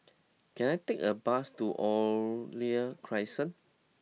can I take a bus to Oriole Crescent